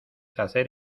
hacer